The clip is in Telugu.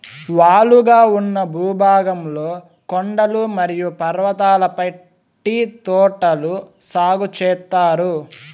వాలుగా ఉన్న భూభాగంలో కొండలు మరియు పర్వతాలపై టీ తోటలు సాగు చేత్తారు